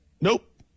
Nope